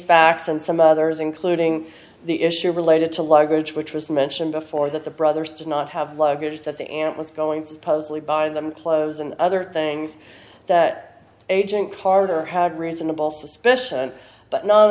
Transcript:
facts and some others including the issue related to luggage which was mentioned before that the brothers did not have luggage that the aunt was going to supposedly buy them clothes and other things that agent carter had reasonable suspicion but not